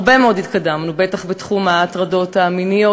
הרבה מאוד התקדמנו, בטח בתחום ההטרדות המיניות.